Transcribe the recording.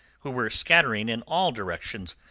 who were scattering in all directions,